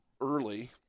early